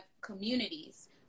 communities